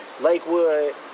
Lakewood